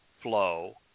flow